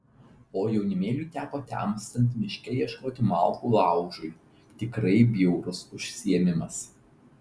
o jaunimėliui teko temstant miške ieškoti malkų laužui tikrai bjaurus užsiėmimas